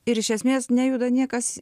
ir iš esmės nejuda niekas